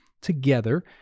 together